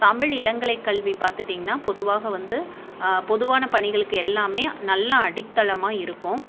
தமிழ் இளங்கலை கல்வி பார்த்துட்டிங்கன்னா பொதுவாக வந்து பொதுவான பணிகளுக்கு எல்லாமே நல்லா அடித்தளமாக இருக்கும்